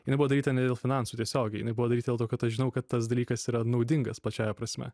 jinai buvo daryta ne dėl finansų tiesiogiai jinai buvo daryta dėl to kad aš žinau kad tas dalykas yra naudingas plačiąja prasme